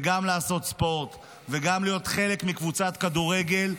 וגם לעשות ספורט וגם להיות חלק מקבוצת כדורגל.